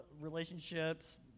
relationships